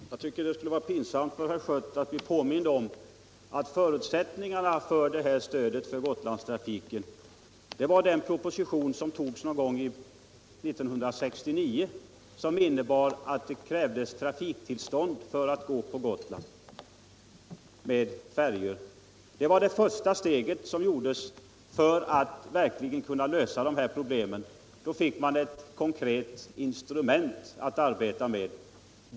Herr talman! Jag tycker att det borde vara pinsamt för herr Schött att bli påmind om att förutsättningen för stödet till Gotlandstrafiken var den proposition som togs någon gång 1969 och som innebar att det krävs tillstånd för färjetrafik till Gotland. Det var det första steg som togs för att verkligen lösa problemen. Då fick man ett konkret instrument att arbeta med.